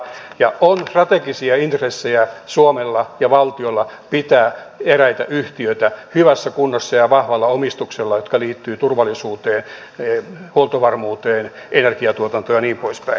ja on strategisia intressejä suomella ja valtiolla pitää hyvässä kunnossa ja vahvalla omistuksella eräitä yhtiöitä jotka liittyvät turvallisuuteen huoltovarmuuteen energiatuotantoon ja niin poispäin